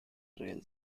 trail